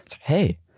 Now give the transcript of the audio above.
hey